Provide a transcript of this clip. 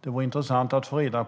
Det vore intressant att få veta